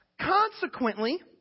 Consequently